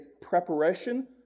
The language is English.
preparation